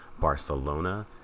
Barcelona